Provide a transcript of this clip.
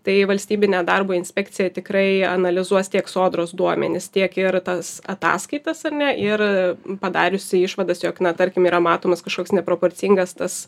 tai valstybinė darbo inspekcija tikrai analizuos tiek sodros duomenis tiek ir tas ataskaitas ar ne ir padariusi išvadas jog na tarkim yra matomas kažkoks neproporcingas tas